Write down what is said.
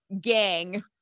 gang